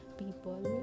people